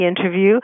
interview